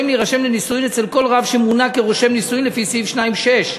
רשאים להירשם לנישואים אצל כל רב שמונה כרושם נישואין לפי סעיף 2(6)